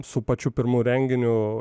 su pačiu pirmu renginiu